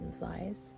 lies